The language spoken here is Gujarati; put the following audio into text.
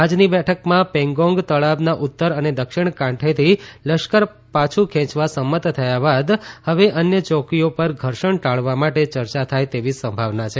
આજની બેઠકમાં પેંગોંગ તળાવના ઉત્તર અને દક્ષિણ કાંઠેથી લશ્કર પાછું ખેંચવા સંમત થયા બાદ હવે અન્ય ચોકીઓ પર ધર્ષણ ટાળવા માટે ચર્ચા થાય તેવી સંભાવના છે